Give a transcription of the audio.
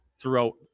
throughout